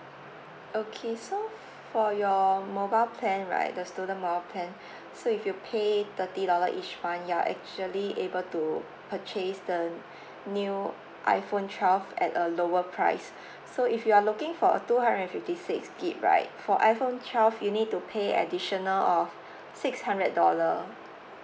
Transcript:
okay so for your mobile plan right the student mobile plan so if you pay thirty dollar each one year actually able to purchase the new iphone twelve at a lower price so if you are looking for a two hundred and fifty six G_B right for iphone twelve you need to pay additional of six hundred dollar